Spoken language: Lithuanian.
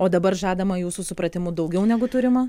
o dabar žadama jūsų supratimu daugiau negu turima